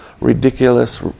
ridiculous